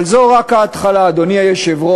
אבל זו רק ההתחלה, אדוני היושב-ראש.